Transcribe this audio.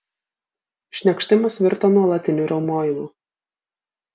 šniokštimas virto nuolatiniu riaumojimu